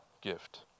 gift